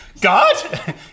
God